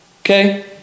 okay